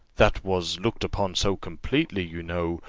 that was looked upon so completely, you know,